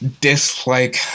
dislike